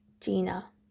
Gina